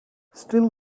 still